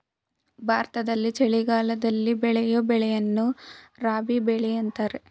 ಭಾರತದಲ್ಲಿ ಚಳಿಗಾಲದಲ್ಲಿ ಬೆಳೆಯೂ ಬೆಳೆಯನ್ನು ರಾಬಿ ಬೆಳೆ ಅಂತರೆ